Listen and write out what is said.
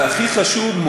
והכי חשוב,